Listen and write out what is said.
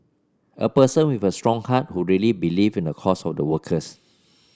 a person with a strong heart who really believe in the cause of the workers